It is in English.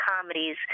comedies